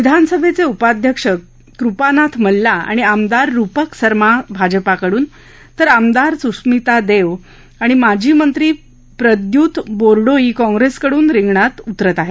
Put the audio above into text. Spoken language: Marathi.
विधानसभेचे उपाध्यक्ष कृपानाथ मल्ला आणि आमदार रूपक सर्मा भाजपाकडून तर आमदार सुश्मिता देव आणि माजी मंत्री प्रद्युत बोडोई काँग्रेसकडून रिंगणात उतरत आहेत